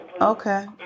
Okay